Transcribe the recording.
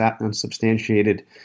unsubstantiated